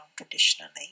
unconditionally